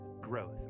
growth